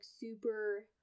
super